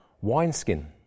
wineskin